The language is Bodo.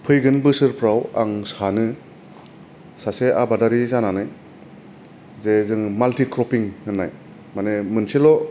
फैगोन बोसोरफ्राव आं सानो सासे आबादारि जानानै जे जों मालटिक्रपिंक होननाय माने मोनसेल'